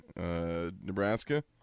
Nebraska